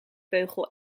beugel